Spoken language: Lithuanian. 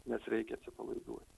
nes reikia atsipalaiduoti